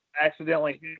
Accidentally